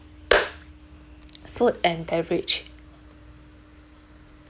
food and beverage